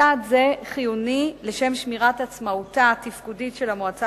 צעד זה חיוני לשם שמירת עצמאותה התפקודית של המועצה